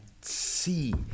see